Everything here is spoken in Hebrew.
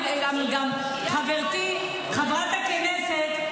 גם חברתי חברת הכנסת,